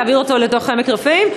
להעביר אותו לתוך עמק-רפאים,